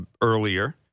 earlier